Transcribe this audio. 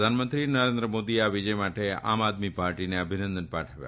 પ્રધાનમંત્રી નરેન્દ્ર મોદીએ આ વિજય માટે આમ આદમી પાર્ટીને અભિનંદન પાઠવ્યા